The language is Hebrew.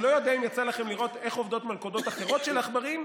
אני לא יודע אם יצא לכם לראות איך עובדות מלכודות אחרות של עכברים,